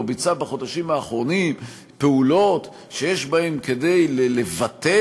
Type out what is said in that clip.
או ביצעה בחודשים האחרונים פעולות שיש בהן כדי לבטל